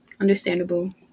Understandable